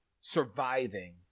surviving